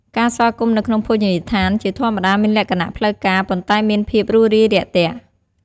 ការស្វាគមន៍នៅក្នុងភោជនីយដ្ឋានជាធម្មតាមានលក្ខណៈផ្លូវការ ប៉ុន្តែមានភាពរួសរាយរាក់ទាក់។